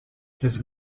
his